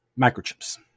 microchips